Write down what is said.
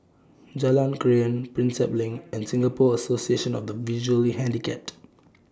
Jalan Krian Prinsep LINK and Singapore Association of The Visually Handicapped